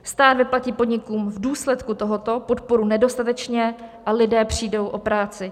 Stát vyplatí podnikům v důsledku tohoto podporu nedostatečně a lidé přijdou o práci.